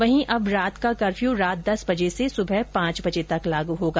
वहीं अंब रात का कफ्र्यू रात दस बजे से सुबह पांच बजे तक लागू होगा